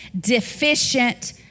deficient